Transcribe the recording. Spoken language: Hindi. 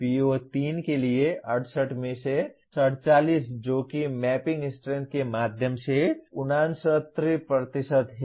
PO3 के लिए 68 में से 47 जो कि 69 मैपिंग स्ट्रेंथ के माध्यम से 3 है